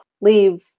leave